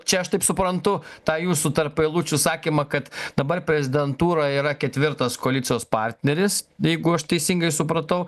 čia aš taip suprantu tą jūsų tarp eilučių sakymą kad dabar prezidentūra yra ketvirtas koalicijos partneris jeigu aš teisingai supratau